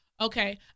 Okay